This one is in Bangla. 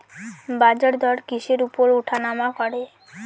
বাজারদর কিসের উপর উঠানামা করে?